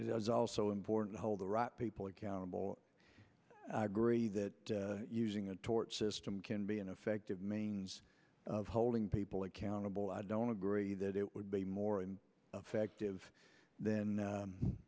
is also important to hold the right people accountable i agree that using a tort system can be an effective means of holding people accountable i don't agree that it would be more and effective then